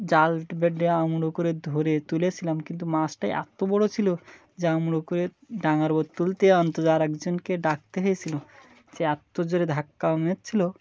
জাল বেঁধে আঙুলে করে ধরে তুলেছিলাম কিন্তু মাছটাই এত বড় ছিল যে আঙুলে করে ডাঙার উপর তুলতে আন্তত আর একজনকে ডাকতে হয়েছিল যে এত্ত জোরে ধাক্কা মারছিল